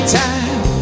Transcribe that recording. time